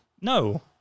no